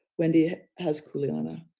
wendy ah has kulyana.